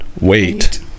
wait